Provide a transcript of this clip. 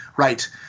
Right